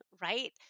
right